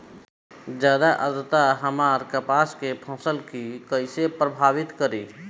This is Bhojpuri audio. ज्यादा आद्रता हमार कपास के फसल कि कइसे प्रभावित करी?